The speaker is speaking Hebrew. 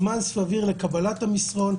זמן סביר לקבלת המסרון,